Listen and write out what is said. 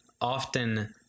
Often